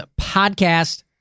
Podcast